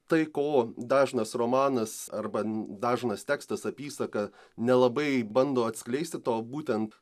tai ko dažnas romanas arba dažnas tekstas apysaka nelabai bando atskleisti to būtent